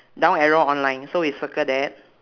down arrow online so we circle that